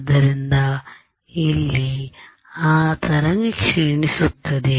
ಆದ್ದರಿಂದ ಇಲ್ಲಿ ಆ ತರಂಗ ಕ್ಷೀಣಿಸುತ್ತದೆ